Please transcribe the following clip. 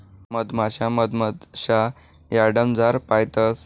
मधमाशा मधमाशा यार्डमझार पायतंस